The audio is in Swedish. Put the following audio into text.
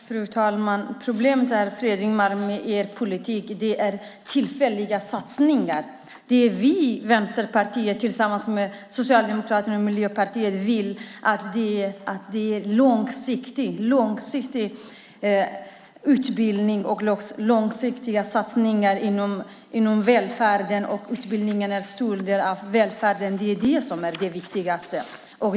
Fru talman! Problemet är er politik, Fredrik Malm. Det är tillfälliga satsningar. Det vi i Vänsterpartiet vill tillsammans med Socialdemokraterna och Miljöpartiet är att det ska vara långsiktig utbildning och långsiktiga satsningar inom välfärden och utbildningen. Det är det som är det viktigaste.